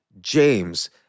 James